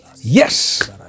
Yes